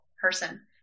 person